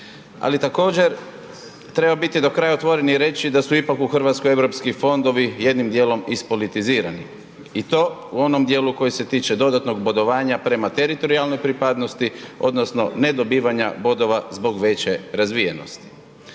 Ali također treba biti do kraja otvoren i reći da su ipak u Hrvatskoj eu fondovi jednim dijelom ispolitizirani i to u onom dijelu koji se tiče dodatnog bodovanja prema teritorijalnoj pripadnosti odnosno ne dobivanja bodova zbog veće razvijenosti.